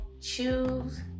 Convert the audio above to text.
choose